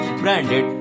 branded